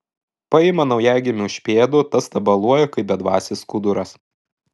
paima naujagimį už pėdų tas tabaluoja kaip bedvasis skuduras